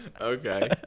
Okay